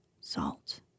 salt